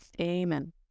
Amen